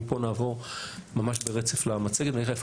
ומפה נעבור ממש ברצף למצגת ונראה איפה